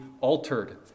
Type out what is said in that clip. altered